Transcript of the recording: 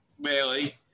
Bailey